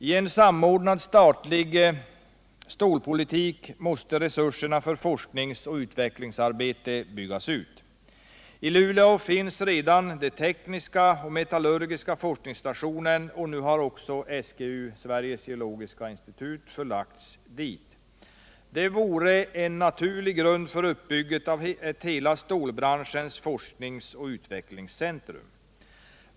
I en samordnad statlig stålpolitik måste resurserna för forskningsoch utvecklingsarbetet byggas ut. I Luleå finns redan den tekniska och metallurgiska forskningsstationen och nu har också SGU, Sveriges geologiska undersökning, förlagts dit. Det vore en naturlig grund för uppbyggandet av hela stålbranschens forskningsoch utvecklingscentrum.